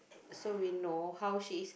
so we know how she is